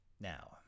Now